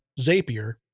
Zapier